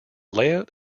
layout